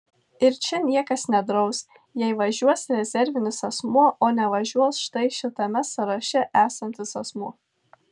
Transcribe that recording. ir čia niekas nedraus jei važiuos rezervinis asmuo o nevažiuos štai šitame sąraše esantis asmuo